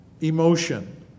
emotion